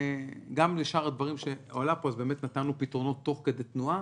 גם בשאר הדברים שהועלו פה אז באמת נתנו פתרונות תוך כדי תנועה.